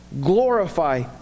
glorify